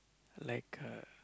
like uh